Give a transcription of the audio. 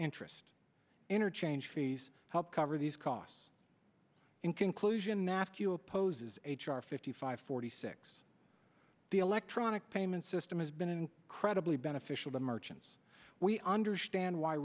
interest interchange fees help cover these costs in conclusion matthew opposes h r fifty five forty six the electronic payment system has been incredibly beneficial to merchants we understand why